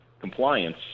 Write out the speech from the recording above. Compliance